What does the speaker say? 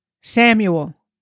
Samuel